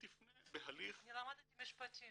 תפנה בהליך"- -- אני למדתי משפטים.